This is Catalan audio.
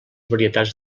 varietats